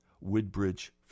Woodbridge